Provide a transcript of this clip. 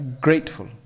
grateful